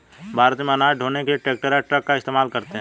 भारत में अनाज ढ़ोने के लिए ट्रैक्टर या ट्रक का इस्तेमाल करते हैं